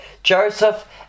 Joseph